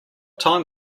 time